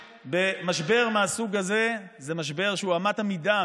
משבר מהסוג הזה הוא משבר שהוא אמת המידה,